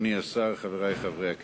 אדוני השר, חברי חברי הכנסת,